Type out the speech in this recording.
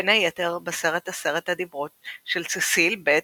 בין היתר בסרט עשרת הדיברות של ססיל ב.